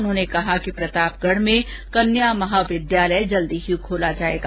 उन्होने कहा कि प्रतापगढ में कन्या महाविद्यालय जल्दी ही खोला जाएगा